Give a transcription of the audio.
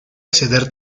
acceder